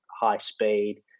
high-speed